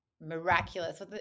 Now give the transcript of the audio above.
miraculous